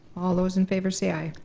all those in favor say aye.